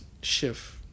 shift